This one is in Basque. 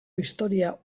historia